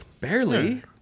Barely